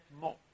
more